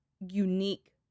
unique